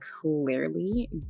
clearly